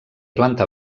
planta